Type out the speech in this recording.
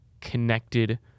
connected